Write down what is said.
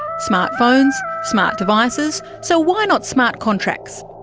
smart phones, smart devices, so why not smart contracts?